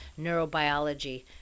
neurobiology